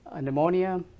Pneumonia